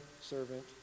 servant